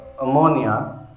ammonia